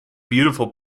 beautiful